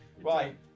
Right